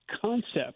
Concept